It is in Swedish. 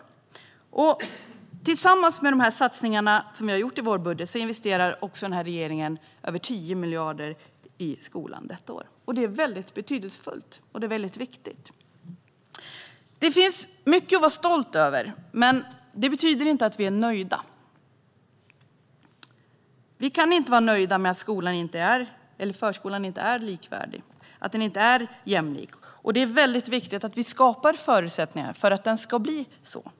Tillsammans med de satsningar som vi har gjort i vår budget investerar regeringen också över 10 miljarder kronor i skolan detta år. Det är betydelsefullt ur många perspektiv. Det finns mycket att vara stolt över. Därmed inte sagt att vi är nöjda. Vi kan inte vara nöjda med att förskolan inte är likvärdig och inte jämlik. Det är väldigt viktigt att skapa förutsättningar att den ska bli det.